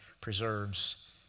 preserves